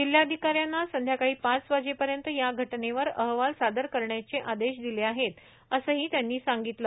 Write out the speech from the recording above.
जिल्हाधिकाऱ्यांना संध्याकाळी पाच वाजेपर्यंत या घटनेवर अहवाल सादर करण्याचे आदेश दिले आहेत असंही त्यांनी सांगितलं